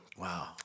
Wow